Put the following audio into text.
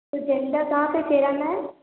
तो झंडा कहाँ पर फहराना है